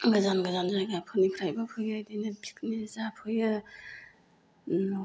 गोजान गोजान जायगाफोरनिफ्रायबो फैयो इदिनो पिकनिक जाफैयो उम